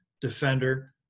defender